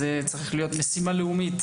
זו צריכה להיות משימה לאומית.